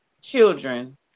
children